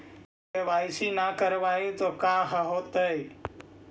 KYC न करवाई तो का हाओतै?